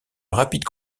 rapide